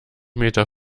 meter